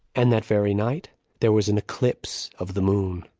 and that very night there was an eclipse of the moon.